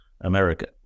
America